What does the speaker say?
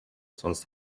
sonst